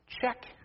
Check